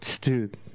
Dude